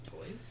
toys